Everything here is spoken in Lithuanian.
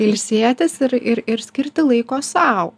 ilsėtis ir ir ir skirti laiko sau